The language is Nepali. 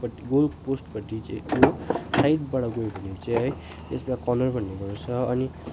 पट्टि गोलपोस्टपट्टि चाहिँ को साइडबाट गयो भने चाहिँ है त्यसमा कर्नर भन्ने गर्छ अनि